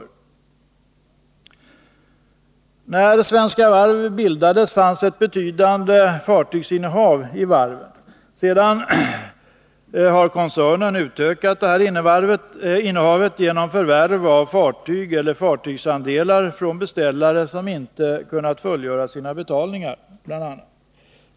Redan när Svenska Varv bildades fanns ett betydande fartygsinnehav i varven. Senare har koncernen utökat innehavet genom förvärv av fartyg eller fartygsandelar från beställare som bl.a. inte kunnat fullfölja sina betalningar.